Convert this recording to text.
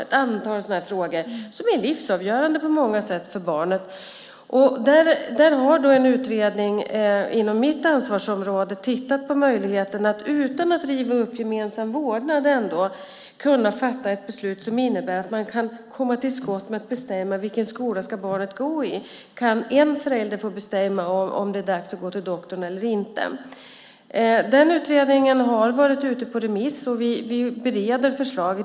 Det är ett antal frågor som på många sätt är livsavgörande för barnen. En utredning inom mitt ansvarsområde har tittat på möjligheten att man, utan att riva upp gemensam vårdnad, ska kunna fatta ett beslut så att man kan komma till skott med att bestämma vilken skola barnet ska gå i. Kan en förälder få bestämma om det är dags att gå till doktorn eller inte? Utredningen har varit ute på remiss. Vi bereder förslaget.